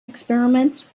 experiments